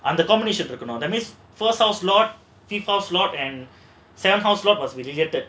and the combination that means for styles lot fifth house slot and seventh house slot are related